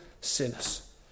sinners